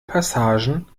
passagen